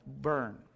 burn